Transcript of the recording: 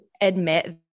admit